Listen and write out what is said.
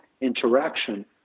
interaction